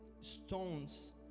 stones